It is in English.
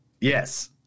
Yes